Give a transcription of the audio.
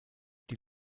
die